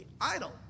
idol